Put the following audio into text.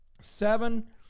Seven